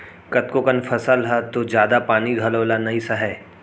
कतको कन फसल ह तो जादा पानी घलौ ल नइ सहय